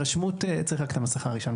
(שקף: אגם הנתונים הממשלתי לתכנון,